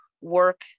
work